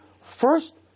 first